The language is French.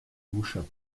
mouchin